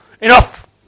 Enough